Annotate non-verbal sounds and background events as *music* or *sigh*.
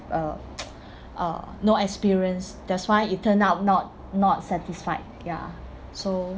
uh *noise* uh no experience that's why it turned out not not satisfied ya so